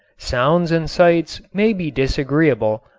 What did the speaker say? sounds and sights may be disagreeable,